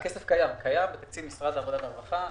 הכסף קיים בתקציב משרד העבודה והרווחה.